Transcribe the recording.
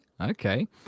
Okay